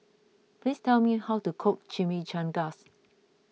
please tell me how to cook Chimichangas